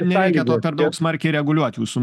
nereikia to per daug smarkiai reguliuot jūsų